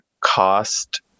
cost